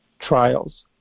trials